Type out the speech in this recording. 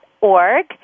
org